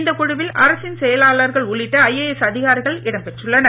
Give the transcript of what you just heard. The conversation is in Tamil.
இந்தக் குழுவில் அரசின் செயலாளர்கள் உள்ளிட்ட ஐஏஎஸ் அதிகாரிகள் இடம்பெற்றுள்ளனர்